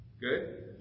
Good